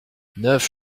neuf